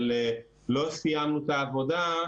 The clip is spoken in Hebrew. אבל לא סיימנו את העבודה,